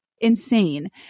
insane